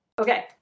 Okay